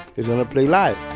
it's in a play like.